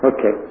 Okay